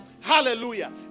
Hallelujah